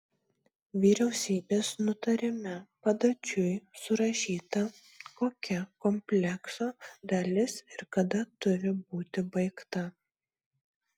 vyriausybės nutarime padačiui surašyta kokia komplekso dalis ir kada turi būti baigta